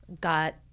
got